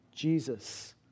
Jesus